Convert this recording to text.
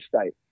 state